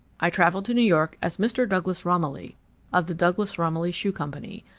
i travelled to new york as mr. douglas romilly of the douglas romilly shoe company,